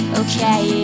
okay